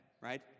Right